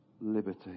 liberty